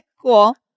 Cool